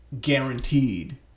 Guaranteed